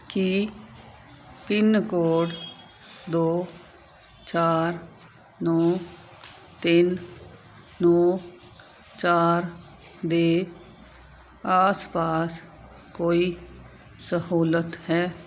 ਕੀ pin code ਦੋ ਚਾਰ ਨੌਂ ਤਿੰਨ ਨੌਂ ਚਾਰ ਦੇ ਆਸ ਪਾਸ ਕੋਈ ਸਹੂਲਤ ਹੈ